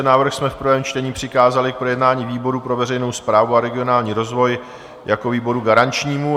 Návrh jsme v prvém čtení přikázali k projednání výboru pro veřejnou správu a regionální rozvoj jako výboru garančnímu.